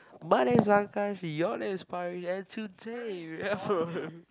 my name is Akash your name is Parish and today we are from